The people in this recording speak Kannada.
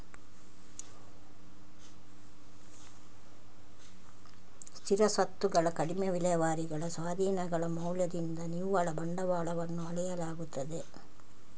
ಸ್ಥಿರ ಸ್ವತ್ತುಗಳ ಕಡಿಮೆ ವಿಲೇವಾರಿಗಳ ಸ್ವಾಧೀನಗಳ ಮೌಲ್ಯದಿಂದ ನಿವ್ವಳ ಬಂಡವಾಳವನ್ನು ಅಳೆಯಲಾಗುತ್ತದೆ